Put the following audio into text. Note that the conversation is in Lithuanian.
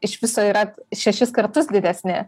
iš viso yra šešis kartus didesni